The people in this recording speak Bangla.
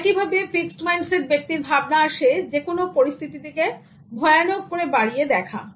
এবং একইভাবে ফিক্সড মাইন্ডসেট ব্যক্তির ভাবনা আসে যে কোন পরিস্থিতিকে ভয়ানক করে বাড়িয়ে দেখা